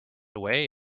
away